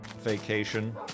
vacation